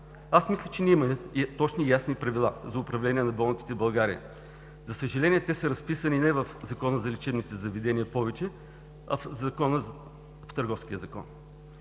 Мисля, че ние имаме точни и ясни правила за управление на болниците в България. За съжаление, те са разписани не в Закона за лечебните заведения, а в Търговския закон